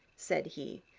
said he,